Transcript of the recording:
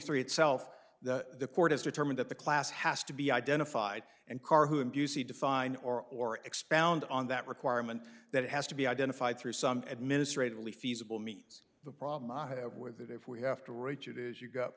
three itself the court has determined that the class has to be identified and carr who do you see define or or expound on that requirement that has to be identified through some administratively feasible means the problem i have with it if we have to reach it is you go